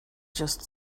just